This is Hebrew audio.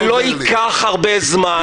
זה לא ייקח הרבה זמן.